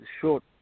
short